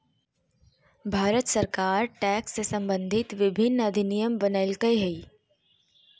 भारत सरकार टैक्स से सम्बंधित विभिन्न अधिनियम बनयलकय हइ